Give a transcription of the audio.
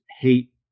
hate